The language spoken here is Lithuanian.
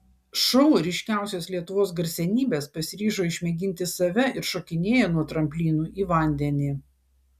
šou ryškiausios lietuvos garsenybės pasiryžo išmėginti save ir šokinėja nuo tramplinų į vandenį